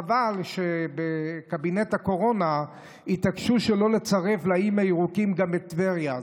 חבל שבקבינט הקורונה התעקשו שלא לצרף לאיים הירוקים גם את טבריה.